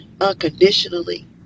unconditionally